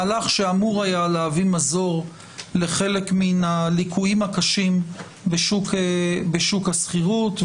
מהלך שהיה אמור להביא מזור לחלק מהליקויים הקשים בשוק השכירות,